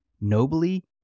nobly